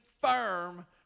firm